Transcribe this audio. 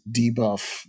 debuff